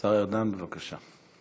השר ארדן, בבקשה.